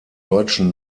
deutschen